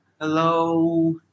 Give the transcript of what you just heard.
Hello